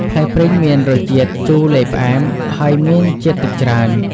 ផ្លែព្រីងមានរសជាតិ ជូរលាយផ្អែម ហើយមានជាតិទឹកច្រើន។